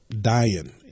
dying